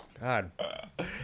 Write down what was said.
God